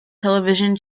television